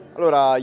Allora